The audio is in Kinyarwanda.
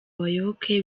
abayoboke